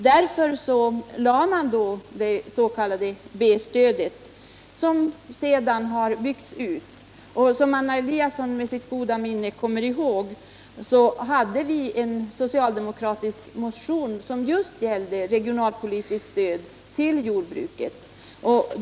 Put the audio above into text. Därför införde man det s.k. B-stödet, som sedan har byggts ut. Som Anna Eliasson med sitt goda minne kommer ihåg väckte vi socialdemokrater redan i januari 1977 en motion om just regionalpolitiskt stöd till jordbruket.